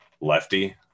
lefty